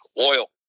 oil